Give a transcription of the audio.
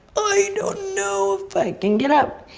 i don't know if i can get up.